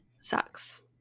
sucks